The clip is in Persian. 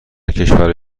کشور